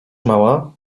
mała